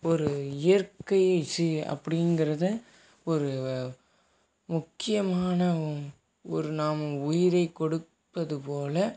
ஒரு இயற்கை அப்படிங்கிறத ஒரு முக்கியமான ஒரு நாம் உயிரை கொடுப்பது போல